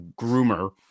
groomer